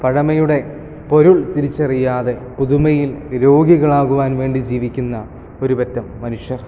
പഴമയുടെ പൊരുൾ തിരിച്ചറിയാതെ പുതുമയിൽ രോഗികളാകുവാൻ വേണ്ടി ജീവിക്കുന്ന ഒരു പറ്റം മനുഷ്യർ